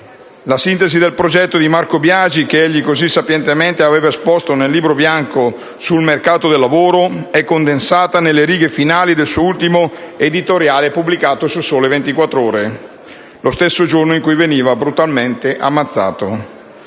La sintesi del progetto di Marco Biagi, che egli così sapientemente aveva esposto nel Libro bianco sul mercato del lavoro, è condensata nelle righe finali del suo ultimo editoriale, pubblicato sul «Il Sole 24 Ore» lo stesso giorno in cui veniva brutalmente ammazzato: